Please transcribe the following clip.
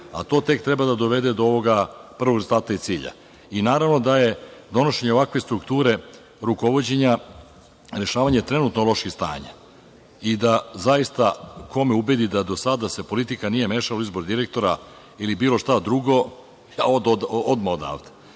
a to tek treba da dovede do ovoga prvog starta i cilja. Naravno da je donošenje ovakve strukture rukovođenja, rešavanje trenutno lošeg stanja i da zaista, ko me ubedi da do sada se politika nije mešala u izbor direktora ili bilo šta drugo, ja odoh odmah odavde.